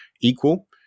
equal